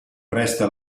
presta